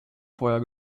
feuer